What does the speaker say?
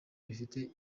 bifite